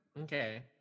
Okay